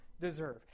deserve